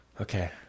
Okay